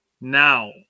Now